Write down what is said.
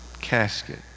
casket